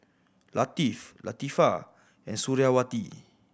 Latif Latifa and Suriawati